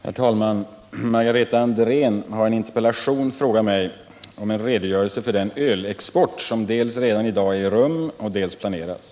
Herr talman! Margareta Andrén har i en interpellation bett mig om en redogörelse för ölexporten, dels den som redan i dag äger rum, dels den som planeras.